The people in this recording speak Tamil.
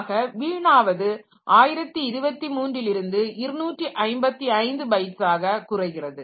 ஆக வீணாவது 1023 ல் இருந்து 255 பைட்ஸ்ஸாக குறைகிறது